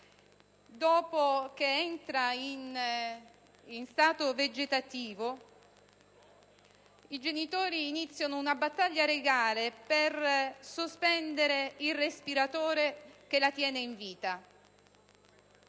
Quinlan, entra in stato vegetativo e i genitori iniziano una battaglia legale per staccare il respiratore che la tiene in vita.